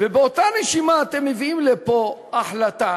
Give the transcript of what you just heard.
ובאותה נשימה אתם מביאים לפה החלטה